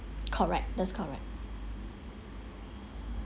correct that's correct